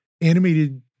animated